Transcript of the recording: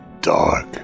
dark